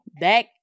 Back